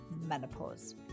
menopause